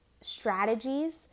strategies